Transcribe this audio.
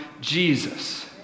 Jesus